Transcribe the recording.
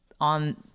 on